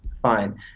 Fine